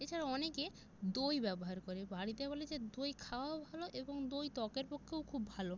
এছাড়াও অনেকে দই ব্যবহার করে বাড়িতে বলে যে দই খাওয়াও ভালো এবং দই ত্বকের পক্ষেও খুব ভালো